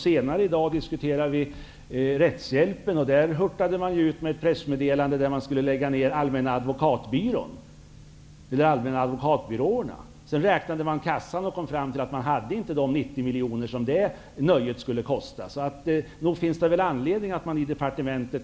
Senare i dag skall vi diskutera frågorna om rättshjälpen. Där hurtade man ut med pressmeddelanden med förslag om att lägga ned de allmänna advokatbyråerna. Sedan räknade man i kassan och kom fram till att man inte hade de 90 miljoner kronor som nöjet skulle kosta.